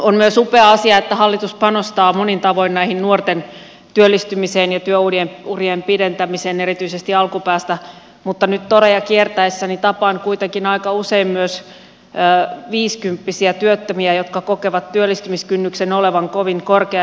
on myös upea asia että hallitus panostaa monin tavoin tähän nuorten työllistymiseen ja työurien pidentämiseen erityisesti alkupäästä mutta nyt toreja kiertäessäni tapaan kuitenkin aika usein myös viisikymppisiä työttömiä jotka kokevat työllistymiskynnyksen olevan kovin korkea